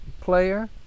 player